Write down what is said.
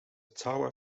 ottawa